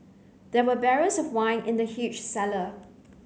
there were barrels of wine in the huge cellar